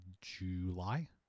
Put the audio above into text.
July